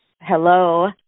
Hello